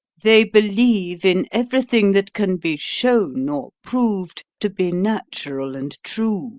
they believe in everything that can be shown or proved to be natural and true